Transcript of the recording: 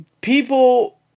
people